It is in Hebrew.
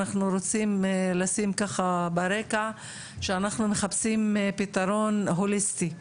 לשים ככה ברקע שאנחנו מחפשים פתרון הוליסטי,